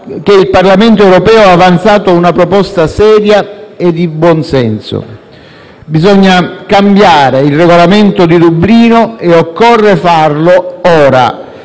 che il Parlamento europeo ha avanzato una proposta seria e di buon senso. Bisogna cambiare il Regolamento di Dublino e occorre farlo ora,